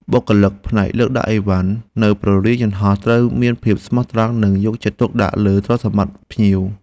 បុគ្គលិកផ្នែកលើកដាក់ឥវ៉ាន់នៅព្រលានយន្តហោះត្រូវមានភាពស្មោះត្រង់ និងយកចិត្តទុកដាក់លើទ្រព្យសម្បត្តិភ្ញៀវ។